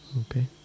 Okay